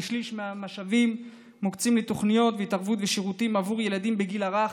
כשליש מהמשאבים מוקצים לתוכניות התערבות ושירותים עבור ילדים בגיל הרך.